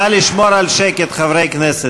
נא לשמור על שקט, חברי הכנסת.